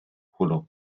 hwnnw